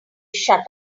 shut